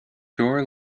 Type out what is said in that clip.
door